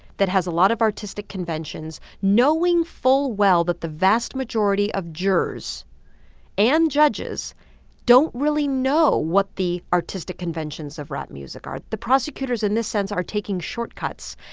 that has a lot of artistic conventions, knowing full well that the vast majority of jurors and judges don't really know what the artistic conventions of rap music are the prosecutors, in this sense, are taking shortcuts.